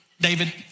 David